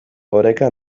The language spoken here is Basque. oreka